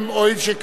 הואיל וכך,